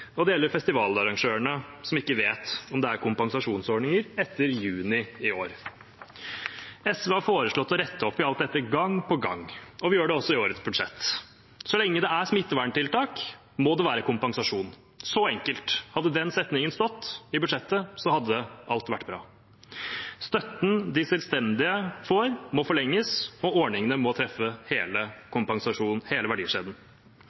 det gjelder festivalarrangørene, som ikke vet om det er kompensasjonsordninger etter juni i år. SV har foreslått å rette opp i alt dette, gang på gang, og vi gjør det også i årets budsjett. Så lenge det er smitteverntiltak, må det være kompensasjon – så enkelt. Hadde den setningen stått i budsjettet, hadde alt vært bra. Støtten de selvstendige får, må forlenges, og ordningene må treffe hele